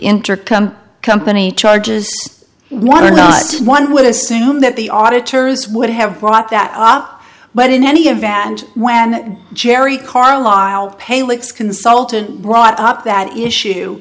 intercom company charges one or not one would assume that the auditors would have brought that up but in any event when jerry carlisle pale it's consultant brought up that issue